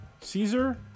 Caesar